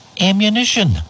ammunition